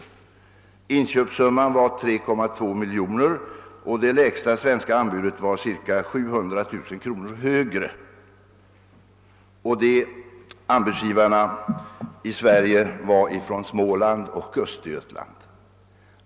Inköpssumman var 3,2 miljoner kronor, och det lägsta svenska anbudet var ca 700 000 kronor högre; de svenska anbudsgivarna fanns i Småland och Östergötland.